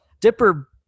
dipper